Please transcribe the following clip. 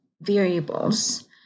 variables